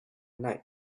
night